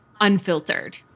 unfiltered